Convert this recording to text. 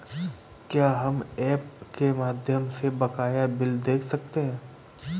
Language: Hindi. क्या हम ऐप के माध्यम से बकाया बिल देख सकते हैं?